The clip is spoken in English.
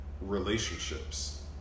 relationships